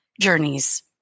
journeys